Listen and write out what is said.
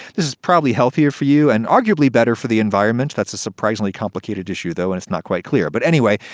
this is probably healthier for you, and arguably better for the environment that's a surprisingly complicated issue, though and it's not quite clear. but anyway,